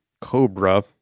Cobra